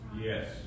Yes